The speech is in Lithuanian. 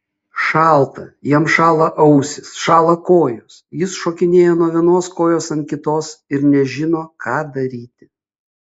šalta jam šąla ausys šąla kojos jis šokinėja nuo vienos kojos ant kitos ir nežino ką daryti